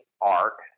arc